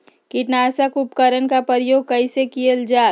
किटनाशक उपकरन का प्रयोग कइसे कियल जाल?